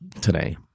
today